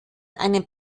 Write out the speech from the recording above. einem